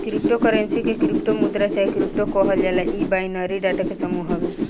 crypto currency के crypto मुद्रा चाहे क्रिप्टो कहल जाला इ बाइनरी डाटा के समूह हवे